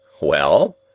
Well